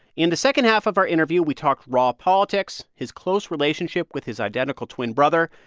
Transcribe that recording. in the second half of our interview, we talked raw politics, his close relationship with his identical twin brother.